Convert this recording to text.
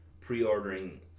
pre-ordering